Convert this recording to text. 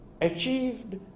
achieved